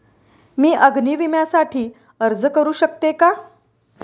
मी अग्नी विम्यासाठी अर्ज करू शकते का?